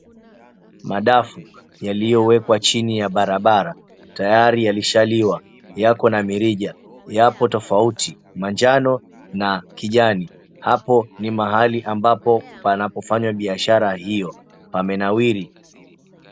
Madafu yaliyowekwa chini ya barabara tayari yalishaliwa, yako na mirija yaapo tofauti manjano na kijani, hapo ni mahali ambapo panapofanywa biashara hiyo, pamenawiri.